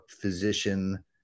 physician